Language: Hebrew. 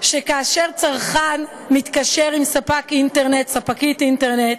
שכאשר צרכן מתקשר עם ספקית אינטרנט,